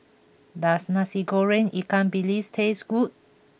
does Nasi Goreng Ikan Bilis taste good